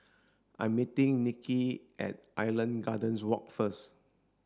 I'm meeting Nikki at Island Gardens Walk first